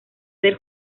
del